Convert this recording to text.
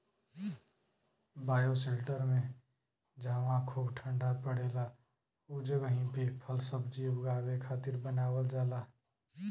bioshelter में जहवा खूब ठण्डा पड़ेला उ जगही पे फलसब्जी उगावे खातिर बनावल जाला